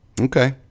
Okay